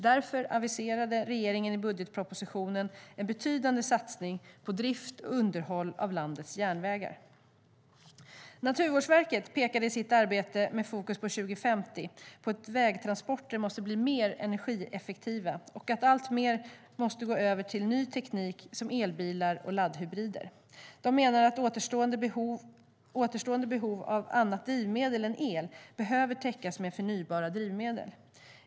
Därför aviserade regeringen i budgetpropositionen en betydande satsning på drift och underhåll av landets järnvägar. Naturvårdsverket pekade i sitt arbete med fokus på 2050 på att vägtransporter måste bli mer energieffektiva och alltmer gå över till ny teknik som elbilar och laddhybrider. De menade att återstående behov av annat drivmedel än el behöver täckas med förnybara drivmedel.